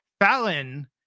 Fallon